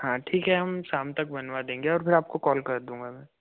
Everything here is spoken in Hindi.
हाँ ठीक है हम शाम तक बनवा देंगे और फिर आपको कॉल कर दूंगा मैं